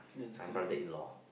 my brother in law